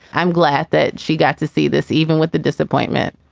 i'm glad that she got to see this, even with the disappointment.